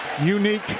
Unique